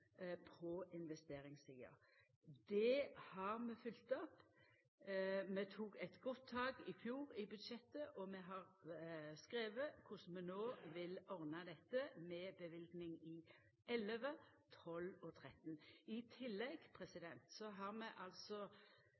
på investeringssida. Det har vi følgt opp. Vi tok eit godt tak i fjor i budsjettet, og vi har skrive korleis vi no vil ordna dette med løyving i 2011, i 2012 og i 2013. I tillegg har vi